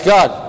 God